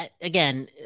Again